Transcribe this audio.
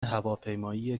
هواپیمایی